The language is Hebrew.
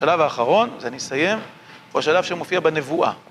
השלב האחרון, עם זה אני אסיים, בוא השלב שמופיע בנבואה.